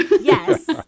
Yes